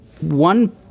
one